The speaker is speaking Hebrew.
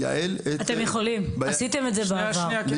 אתם יכולים, עשיתם את זה בעבר.